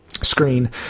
screen